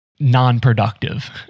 nonproductive